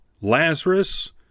Lazarus